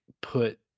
put